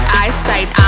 eyesight